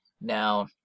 Now